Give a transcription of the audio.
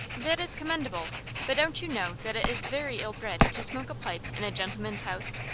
that is commendable but don't you know that it is very ill-bred to smoke a pipe in a gentleman's house?